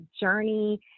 journey